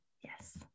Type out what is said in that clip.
Yes